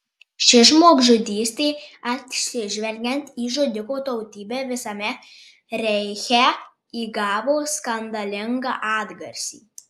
ši žmogžudystė atsižvelgiant į žudiko tautybę visame reiche įgavo skandalingą atgarsį